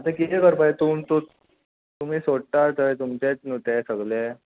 आतां किदें करपा जाय तूं तूं तुमी सोडटा थंय तुमचेत न्हू तें सगलें